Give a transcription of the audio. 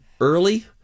early